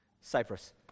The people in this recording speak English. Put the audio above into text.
Cyprus